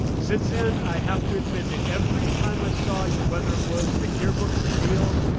since then, i have to admit that every time i saw you, whether it was the yearbook reveal,